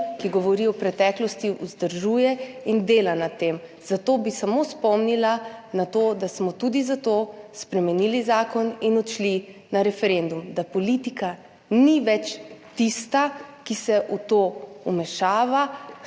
ki govori o preteklosti, vzdržuje in dela na tem. Zato bi samo spomnila na to, da smo tudi zato spremenili zakon in odšli na referendum – da politika ni več tista, ki se v to vmešava.